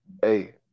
Hey